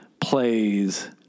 Plays